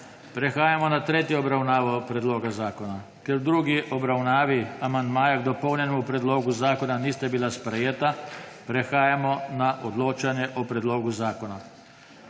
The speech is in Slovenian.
Prehajamo na tretjo obravnavo predloga zakona. Ker v drugi obravnavi amandmaja k dopolnjenemu predlogu zakona nista bila sprejeta, prehajamo na odločanje o predlogu zakona.